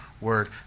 word